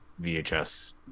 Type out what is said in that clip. VHS